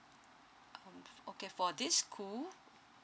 um okay for this school